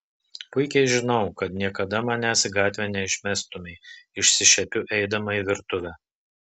puikiai žinau kad niekada manęs į gatvę neišmestumei išsišiepiu eidama į virtuvę